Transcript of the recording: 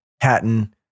Hatton